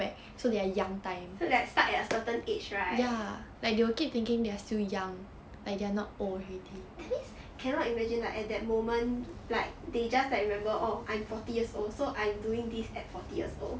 so they are stuck at a certain age right that means cannot imagine lah at that moment like they just like remember orh I'm forty years old so I'm doing this at forty years old